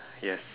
yes